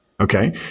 Okay